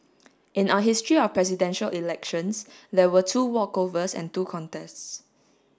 in our history of Presidential Elections there were two walkovers and two contests